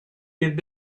had